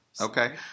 okay